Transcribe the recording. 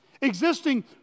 existing